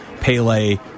Pele